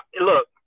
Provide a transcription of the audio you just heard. look